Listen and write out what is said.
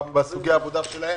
בסוגי העבודה שלהם.